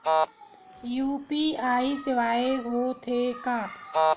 UPI सेवाएं हो थे का?